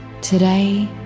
Today